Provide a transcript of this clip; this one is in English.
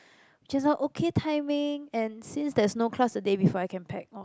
which is a okay timing and since there's no class the day before I can pack or